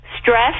stress